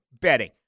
betting